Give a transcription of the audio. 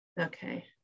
Okay